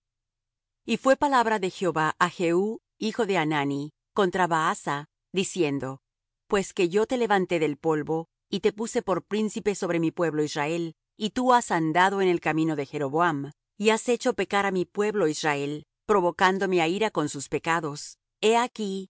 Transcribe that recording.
y fué palabra de jehová á jehú hijo de hanani contra baasa diciendo pues que yo te levanté del polvo y te puse por príncipe sobre mi pueblo israel y tú has andado en el camino de jeroboam y has hecho pecar á mi pueblo israel provocándome á ira con sus pecados he aquí